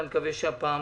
אני מקווה שהפעם